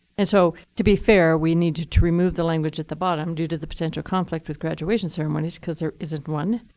and so to be fair, we need to to remove the language at the bottom, due to the potential conflict with graduation ceremonies, because there isn't one,